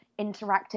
interactive